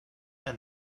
and